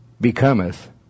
becometh